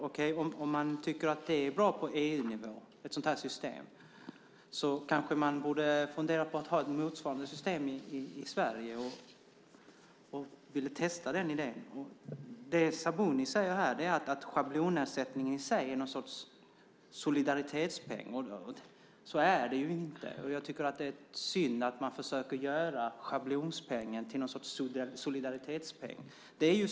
Om man tycker att ett sådant här system är bra på EU-nivå borde man kanske fundera på att ha ett motsvarande system i Sverige och vilja testa den idén. Sabuni säger här att schablonersättningen i sig är någon sorts solidaritetspeng. Så är det ju inte. Jag tycker att det är synd att man försöker göra schablonersättningen till något slags solidaritetspeng.